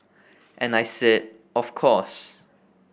and I said of course